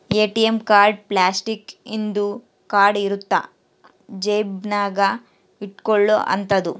ATM card plastic ಇಂದು card ಇರುತ್ತ ಜೇಬ ನಾಗ ಇಟ್ಕೊಲೊ ಅಂತದು